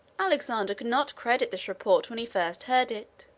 alexander could not credit this report when he first heard it.